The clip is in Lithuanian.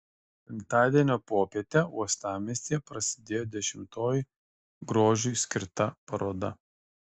penktadienio popietę uostamiestyje prasidėjo dešimtoji grožiui skirta paroda